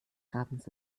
grabens